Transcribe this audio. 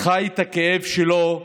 חי את הכאב שלו יום-יום,